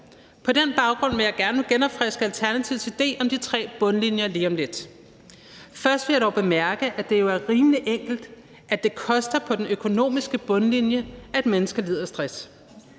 På den baggrund vil jeg gerne genopfriske Alternativets idé om de tre bundlinjer lige om lidt. Først vil jeg dog bemærke, at det jo er rimelig enkelt, at det koster på den økonomiske bundlinje, at mennesker lider af stress,